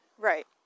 right